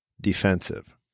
defensive